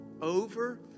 over